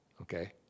Okay